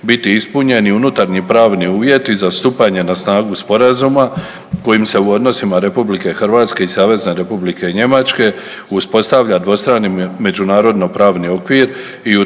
biti ispunjeni unutarnji i pravni uvjeti za stupanje na snagu Sporazuma kojim se u odnosima RH i SR Njemačke uspostavlja dvostrani međunarodno-pravni okvir i utvrđuju